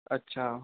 अच्छा